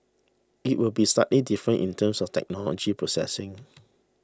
it would be slightly different in terms of technology processing